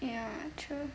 ya true